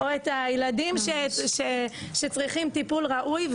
או את הילדים שצריכים טיפול ראוי?